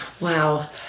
Wow